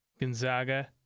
Gonzaga